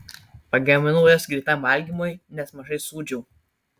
pagaminau juos greitam valgymui nes mažai sūdžiau